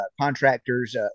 contractors